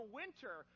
winter